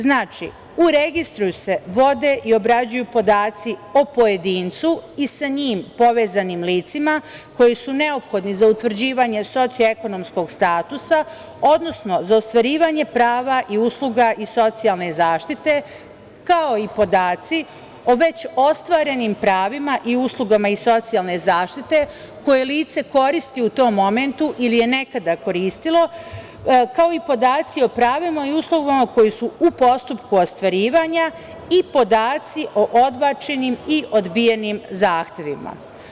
Znači, u registru se vode i obrađuju podaci o pojedincu i sa njim povezanim licima koji su neophodni za utvrđivanje socio-ekonomskog statusa, odnosno za ostvarivanje prava i usluga iz socijalne zaštite, kao i podaci o već ostvarenim pravima i uslugama iz socijalne zaštite koje lice koristi u tom momentu ili je nekada koristilo, kao i podacima o pravima u uslugama koje su u postupku ostvarivanja i podaci o odbačenim i odbijenim zahtevima.